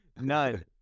None